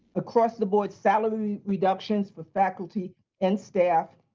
across the board salary reductions for faculty and staff,